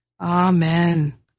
Amen